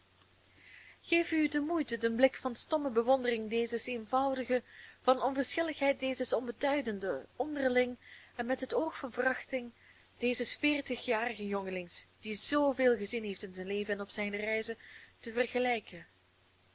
geef u de moeite den blik van stomme bewondering dezes eenvoudigen van onverschilligheid dezes onbeduidenden onderling en met het oog van verachting dezes veertigjarigen jongelings die z veel gezien heeft in zijn leven en op zijne reizen te vergelijken